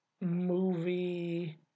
movie